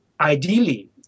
ideally